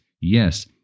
Yes